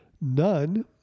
None